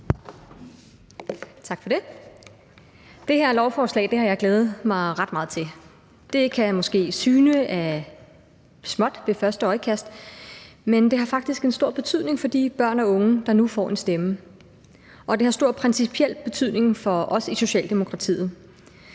Det her lovforslag har jeg glædet mig ret meget til. Det kan måske ved første øjekast syne af lidt, men det har faktisk en stor betydning for de børn og unge, der nu får en stemme, og det har stor og principiel betydning for os i Socialdemokratiet.